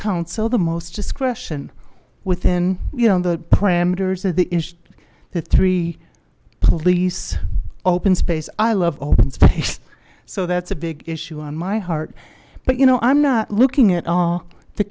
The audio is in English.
council the most discretion within you know the parameters of the issue the three police open space i love open space so that's a big issue on my heart but you know i'm not looking at all the